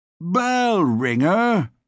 Bell-ringer